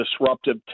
disruptive